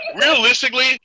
realistically